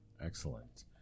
excellent